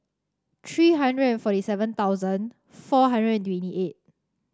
three hundred and forty seven thousand four hundred and twenty eight